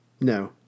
No